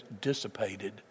dissipated